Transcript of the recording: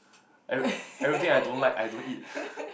every~ everything I don't like I don't eat